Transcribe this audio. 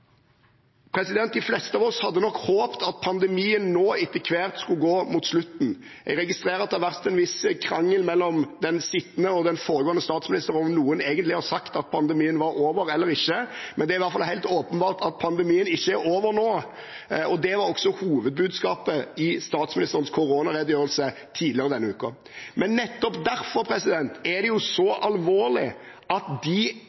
De fleste av oss hadde nok håpt at pandemien nå etter hvert skulle gå mot slutten. Jeg registrerer at det har vært en viss krangel mellom den sittende og den foregående statsministeren om noen egentlig har sagt at pandemien var over eller ikke, men det er i hvert fall helt åpenbart at pandemien ikke er over nå. Det var også hovedbudskapet i statsministerens koronaredegjørelse tidligere denne uken. Nettopp derfor er det så alvorlig at de